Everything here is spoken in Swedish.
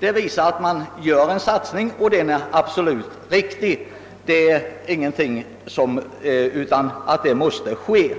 Detta visar att man gör en satsning och den är riktig och måste ske. sig